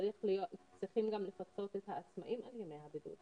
צריך גם לפצות את העצמאים על ימי הבידוד,